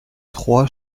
trois